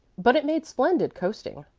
but it made splendid coasting.